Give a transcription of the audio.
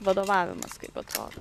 vadovavimas kaip atrodo